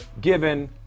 given